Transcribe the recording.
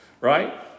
right